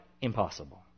impossible